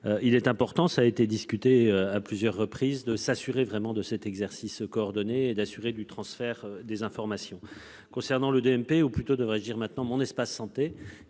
Il est important, ça a été discuté à plusieurs reprises de s'assurer vraiment de cet exercice coordonné d'assurer du transfert des informations concernant le DMP ou plutôt devrais-je dire maintenant mon espace santé.